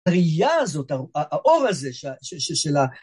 הראייה הזאת, האור הזה של ה...